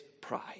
pride